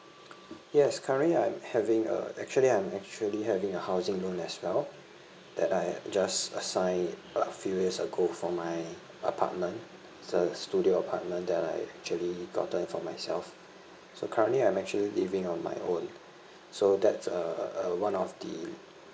yes currently I'm having a actually I'm actually having a housing loan as well that I just assigned a few years ago for my apartment it's a studio apartment that I actually gotten for myself so currently I'm actually living on my own so that's uh uh one of the